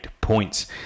points